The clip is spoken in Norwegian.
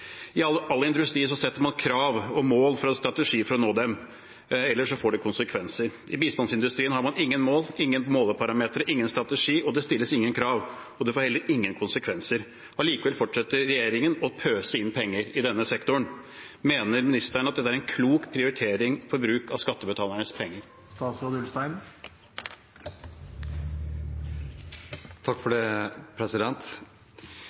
I all industri setter man krav om mål og en strategi for å nå dem, ellers får det konsekvenser. I bistandsindustrien har man ingen mål, ingen måleparametre og ingen strategi. Det stilles ingen krav, og det får heller ingen konsekvenser. Allikevel fortsetter regjeringen å pøse inn penger i denne sektoren. Mener ministeren at dette er en klok prioritering for bruk av skattebetalernes penger?